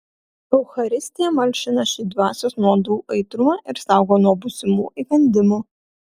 eucharistija malšina šį dvasios nuodų aitrumą ir saugo nuo būsimų įkandimų